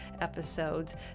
episodes